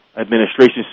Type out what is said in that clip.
administration